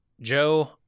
Joe